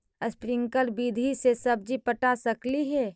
Sprinkle विधि से सब्जी पटा सकली हे?